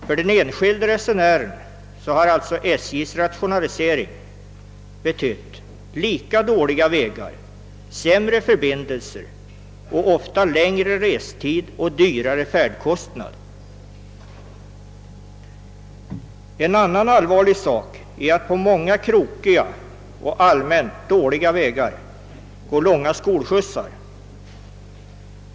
För den enskilde resenären har alltså SJ:s rationalisering betytt lika dåliga vägar, sämre förbindelser, ofta längre restid och högre färdkostnad. En annan allvarlig sak är att på många krokiga och allmänt dåliga vägar går skolskjutsar.